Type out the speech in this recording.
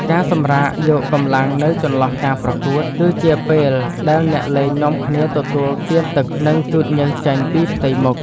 ការសម្រាកយកកម្លាំងនៅចន្លោះការប្រកួត គឺជាពេលដែលអ្នកលេងនាំគ្នាទទួលទានទឹក និងជូតញើសចេញពីផ្ទៃមុខ។